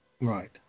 Right